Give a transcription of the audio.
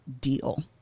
deal